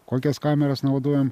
kokias kameras naudojam